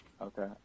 Okay